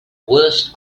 worst